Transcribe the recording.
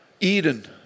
Eden